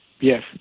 Yes